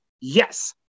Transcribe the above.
yes